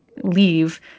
leave